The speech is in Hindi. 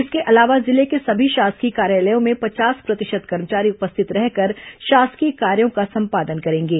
इसके अलावा जिले के सभी शासकीय कार्यालयों में पचास प्रतिशत कर्मचारी उपस्थित रहकर शासकीय कार्यों का संपादन करेंगे